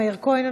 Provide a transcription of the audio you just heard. מאיר כהן,